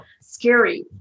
scary